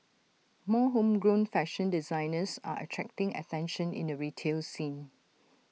more homegrown fashion designers are attracting attention in the retail scene